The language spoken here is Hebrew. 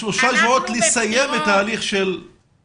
שלושה שבועות לסיים את ההליך של הערות הציבור.